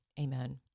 Amen